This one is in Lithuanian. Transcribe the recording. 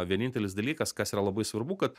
vienintelis dalykas kas yra labai svarbu kad